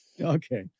Okay